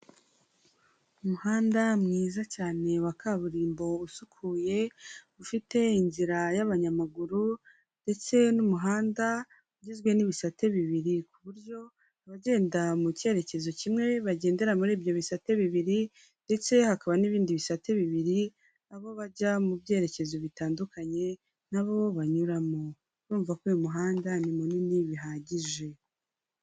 Umuhanda mwiza cyane wa kaburimbo usukuye ufite inzira y'abanyamaguru ndetse n'umuhanda ugizwe n'ibisate bibiri ku buryo abagenda mu cyerekezo kimwe bagendera muri ibyo bisate bibiri ndetse hakaba n'ibindi bisate bibiri abo bajya mu byerekezo bitandukanye nabo banyuramo urumva ko uyu muhanda ni munini bihagije.